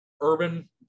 Urban